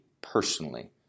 personally